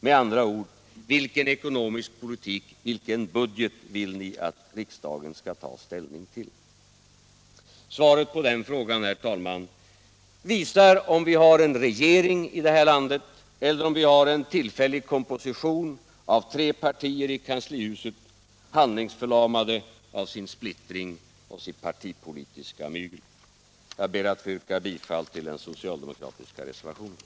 Med andra ord — vilken ekonomisk politik, vilken budget vill ni att riksdagen skall ta ställning till? Svaret på den frågan, herr talman, visar om vi har en regering i det här landet eller en tillfällig komposition av tre partier i kanslihuset, handlingsförlamade av sin splittring och sitt partipolitiska mygel. Jag ber att få yrka bifall till reservationerna 1, 2 och 3 vid finansutskottets betänkande nr 10.